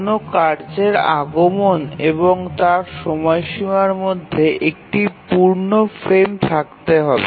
কোনও কার্যের আগমন এবং তার সময়সীমার মধ্যে একটি পূর্ণ ফ্রেম থাকতে হবে